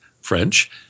French